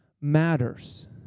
matters